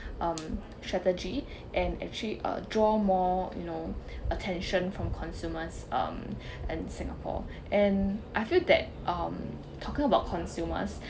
um strategy and actually uh draw more you know attention from consumers um and singapore and I feel that um talking about consumers